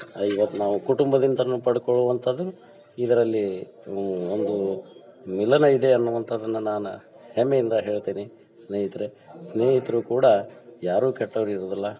ನಾವು ಕುಟುಂಬದಿಂದಲೂ ಪಡ್ಕೊಳ್ಳುವಂಥದ್ದು ಇದರಲ್ಲಿ ಒಂದು ಮಿಲನ ಇದೆ ಅನ್ನುವಂಥದ್ದನ್ನು ನಾನು ಹೆಮ್ಮೆಯಿಂದ ಹೇಳ್ತೇನೆ ಸೇಹಿತರೇ ಸ್ನೇಹಿತರು ಕೂಡ ಯಾರೂ ಕೆಟ್ಟವ್ರು ಇರುವುದಿಲ್ಲ